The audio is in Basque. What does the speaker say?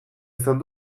izan